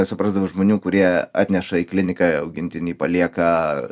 nesuprasdavau žmonių kurie atneša į kliniką augintinį palieka